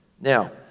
Now